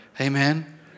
Amen